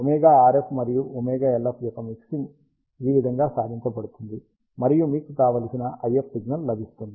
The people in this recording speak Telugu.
ωRF మరియు ωLO యొక్క మిక్సింగ్ ఈ విధంగా సాధించబడుతుంది మరియు మీకు కావలసిన IF సిగ్నల్ లభిస్తుంది